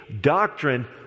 Doctrine